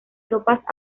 tropas